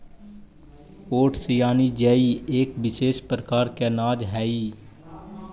oats यानि जई एक विशेष प्रकार के अनाज हइ